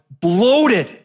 bloated